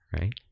Right